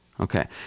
Okay